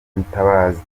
mutabazi